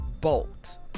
bolt